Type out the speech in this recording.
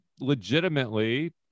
legitimately